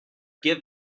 give